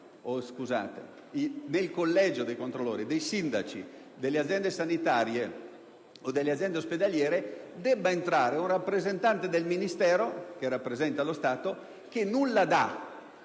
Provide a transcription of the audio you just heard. perché nel collegio dei sindaci delle aziende sanitarie o delle aziende ospedaliere debba entrare un rappresentante del Ministero, a rappresentare lo Stato che nulla dà